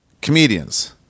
comedians